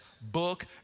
book